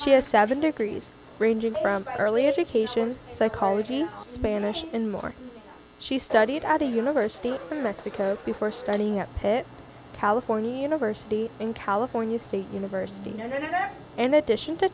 she has seven degrees ranging from early education psychology spanish and more she studied at a university in mexico before studying at pitt california university in california state university and the dish